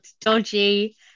dodgy